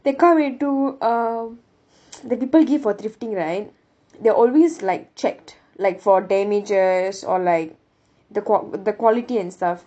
they come into uh the people give for thrifting right they're always like checked like for damages or like the qua~ the quality and stuff